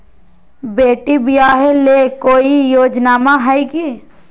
बेटी ब्याह ले कोई योजनमा हय की?